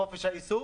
חופש העיסוק.